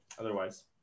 otherwise